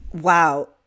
Wow